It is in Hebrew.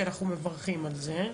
ואנחנו מברכים על זה,